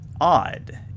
odd